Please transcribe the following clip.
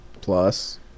Plus